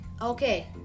Okay